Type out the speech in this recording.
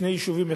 בשלושה יישובים,